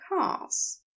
cars